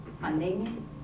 funding